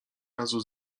razu